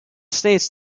states